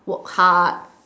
work hard